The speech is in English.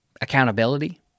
accountability